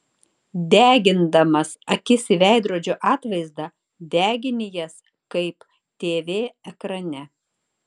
degindamas akis į veidrodžio atvaizdą degini jas kaip tv ekrane